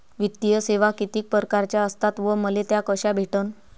वित्तीय सेवा कितीक परकारच्या असतात व मले त्या कशा भेटन?